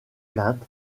plainte